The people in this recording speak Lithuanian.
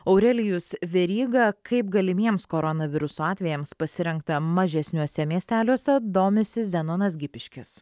aurelijus veryga kaip galimiems koronaviruso atvejams pasirengta mažesniuose miesteliuose domisi zenonas gipiškis